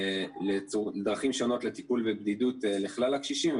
לדרכים שונות לטיפול בבדידות לכלל הקשישים,